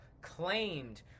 claimed